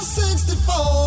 64